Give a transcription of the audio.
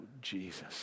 Jesus